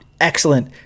excellent